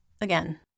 Again